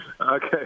Okay